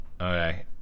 Okay